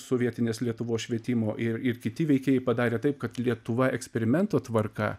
sovietinės lietuvos švietimo ir ir kiti veikėjai padarė taip kad lietuva eksperimento tvarka